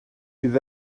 bydd